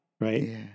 Right